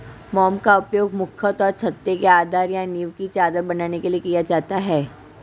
मोम का उपयोग मुख्यतः छत्ते के आधार या नीव की चादर बनाने के लिए किया जाता है